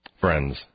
friends